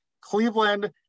Cleveland